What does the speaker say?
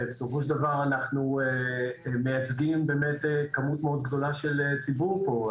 ובסופו של דבר אנחנו מייצגים באמת כמות מאוד גדולה של ציבור פה.